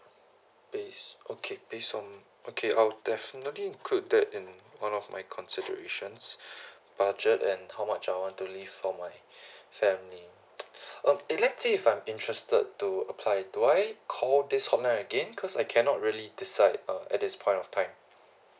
base okay based on okay I'll definitely include that in one of my considerations budget and how much I want to leave for my family um if let's say if I'm interested to apply do I call this hotline again cause I cannot really decide uh at this point of time